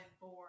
four